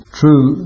true